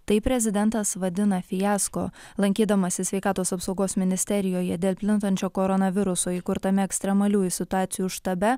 tai prezidentas vadina fiasko lankydamasis sveikatos apsaugos ministerijoje dėl plintančio koronaviruso įkurtame ekstremaliųjų situacijų štabe